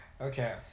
Okay